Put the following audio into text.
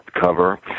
cover